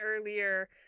earlier